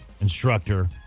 instructor